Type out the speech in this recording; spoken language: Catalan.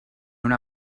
una